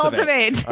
cultivate.